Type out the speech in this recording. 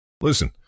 Listen